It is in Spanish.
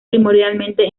primordialmente